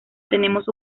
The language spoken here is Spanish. tenemos